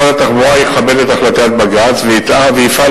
משרד התחבורה יכבד את החלטת בג"ץ ויפעל